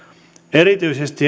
erityisesti